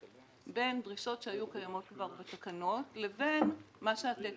בין דרישות שהיו קיימות כבר בתקנות לבין מה שהתקן קובע,